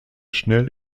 schnell